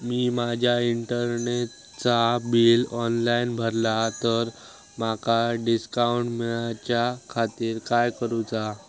मी माजा इंटरनेटचा bill online भरला तर माका डिस्काउंट मिलाच्या खातीर काय करुचा?